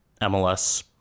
MLS